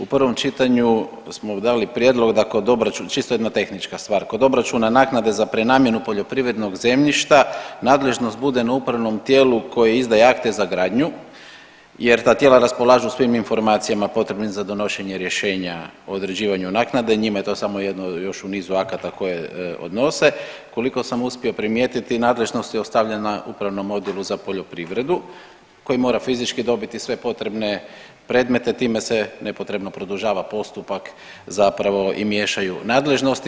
U prvom čitanju smo dali prijedlog da kod obračuna, čisto jedna tehnička stvar, kod obračuna naknade za prenamjenu poljoprivrednog zemljišta nadležnost bude na upravnom tijelu koje izdaje akte za gradnju jer ta tijela raspolažu svim informacijama potrebnim za donošenje rješenja o određivanju naknade, njima je to samo jedno još u niz akata koje odnose, koliko sam uspio primijetiti nadležnost je ostavljena Upravnom odjelu za poljoprivredu koji mora fizički dobiti sve potrebne predmete i time se nepotrebno produžava postupak zapravo i miješanju nadležnosti.